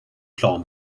plan